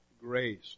grace